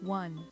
one